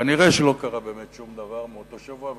כנראה לא קרה באמת שום דבר מאותו שבוע,